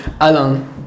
Alan